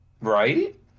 right